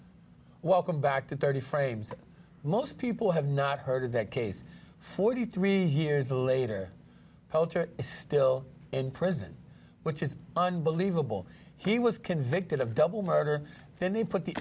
thing welcome back to thirty frames most people have not heard of that case forty three years later is still in prison which is unbelievable he was convicted of double murder then they put the